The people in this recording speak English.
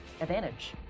advantage